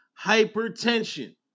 hypertension